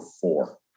four